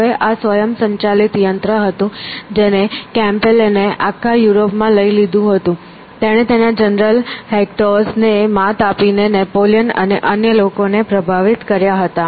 હવે આ સ્વયંસંચાલિત યંત્ર હતું જેને કેમ્પેલેને આખા યુરોપમાં લઈ લીધું હતું તેણે તેના જનરલ હેક્ટોસ ને માત આપીને નેપોલિયન અને અન્ય લોકોને પ્રભાવિત કર્યા હતા